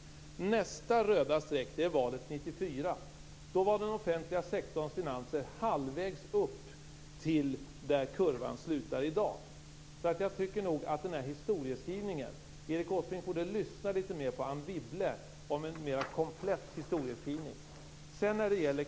Vid valet 1994 var den offentliga sektorns finanser halvvägs upp till den punkt där kurvan i dag befinner sig. Jag tycker därför att Erik Åsbrink borde lyssna litet mer på Anne Wibble för att få en mer komplett historieskrivning.